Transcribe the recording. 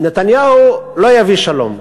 נתניהו לא יביא שלום,